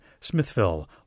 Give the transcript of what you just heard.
Smithville